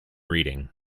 reading